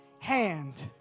hand